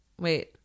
Wait